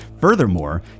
Furthermore